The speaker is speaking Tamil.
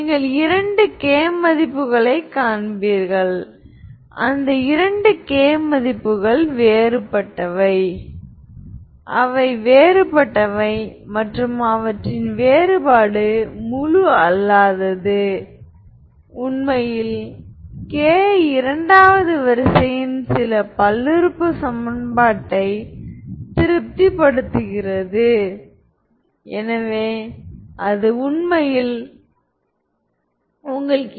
நாங்கள் அறிவோம் A உண்மையான உள்ளீடுகளைக் கொண்டிருப்பதை எனவே அனைத்து மெட்ரிகளையும் உண்மையான உள்ளீடுகளுடன் ஸ்கியூ சிம்மெட்ரிக் என்று கருதுகிறோம் எனவே இது உண்மையான ஹெர்மிடியன் மேட்ரிக்ஸ்